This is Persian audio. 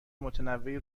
متنوعی